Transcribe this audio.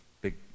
big